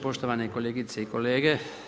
Poštovane kolegice i kolege.